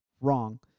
wrong